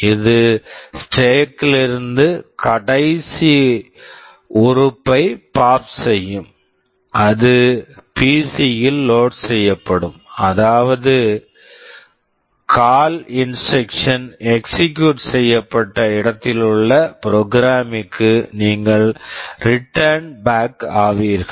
இது stack stack கிலிருந்து கடைசி உறுப்பை பாப் pop செய்யும் அது பிசி PC ல் லோட் load செய்யப்படும் அதாவது call CALL instruction instruction execute execute செய்யப்பட்ட இடத்திலுள்ள ப்ரோக்ராம் program -க்கு நீங்கள் ரிட்டர்ன் பேக் return back ஆவீர்கள்